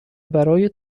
برای